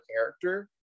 character